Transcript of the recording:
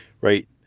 Right